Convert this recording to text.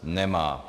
Nemá.